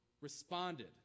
responded